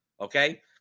okay